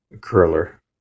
curler